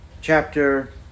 chapter